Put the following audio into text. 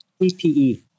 PPE